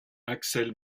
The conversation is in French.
axel